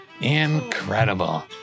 Incredible